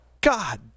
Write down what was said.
God